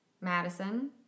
Madison